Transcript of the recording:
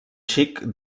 xic